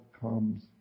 comes